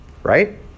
Right